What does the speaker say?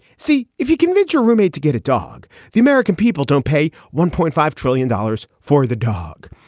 see if you convince your roommate to get a dog. the american people don't pay one point five trillion dollars for the dog.